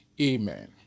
Amen